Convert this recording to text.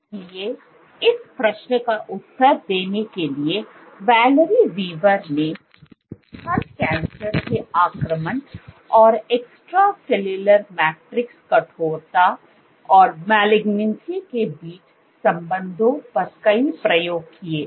इसलिए इस प्रश्न का उत्तर देने के लिए वैलेरी वीवर ने स्तन कैंसर के आक्रमण और एकस्ट्रा सेल्यूलर मैट्रिक्स कठोरता और मालिगनेंसी के बीच संबंधों पर कई प्रयोग किए